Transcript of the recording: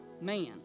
man